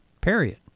Period